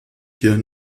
hier